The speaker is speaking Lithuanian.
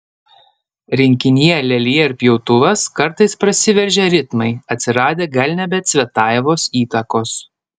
rinkinyje lelija ir pjautuvas kartais prasiveržia ritmai atsiradę gal ne be cvetajevos įtakos